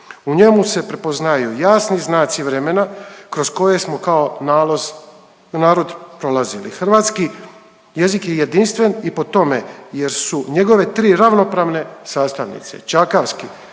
U njemu se prepoznaju jasni znaci vremena kroz koje smo kao narod prolazili. Hrvatski jezik je jedinstven i po tome jer su njegove tri ravnopravne sastavnice čakavski,